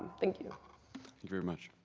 thank you very much